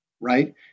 right